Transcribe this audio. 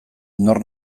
nor